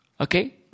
Okay